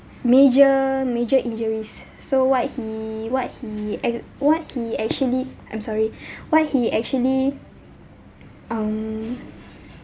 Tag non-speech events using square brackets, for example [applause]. major major injuries so what he what he ac~ what he actually I'm sorry [breath] what he actually um